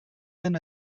been